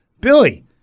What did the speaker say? Billy